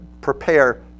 prepare